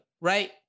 right